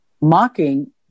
mocking